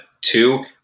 Two